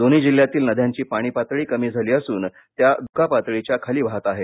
दोन्ही जिल्ह्यातील नद्यांची पाणी पातळी कमी झाली असून त्या धोकापातळीच्या खाली वाहत आहेत